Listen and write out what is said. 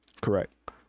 correct